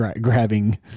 grabbing